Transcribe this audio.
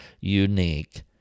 unique